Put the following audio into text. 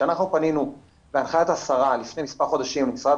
כשפנינו בהנחיית השרה לפני מספר חודשים למשרד